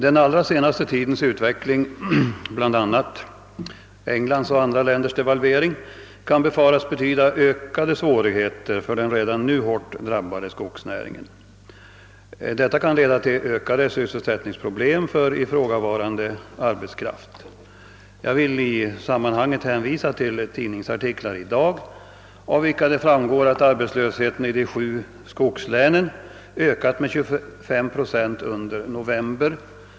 Den allra senaste tidens utveckling, bl.a. Englands och andra länders devalvering, kan befaras medföra ökade svårigheter för den redan nu hårt drabbade skogsnäringen. Detta kan leda till ökade sysselsättningsproblem för ifrågavarande arbetskraft. Jag vill i detta sammanhang hänvisa till tidningsartiklar i dagspressen i dag, av vilka framgår att arbetslösheten i de sju skogslänen ökat med 25 procent under november.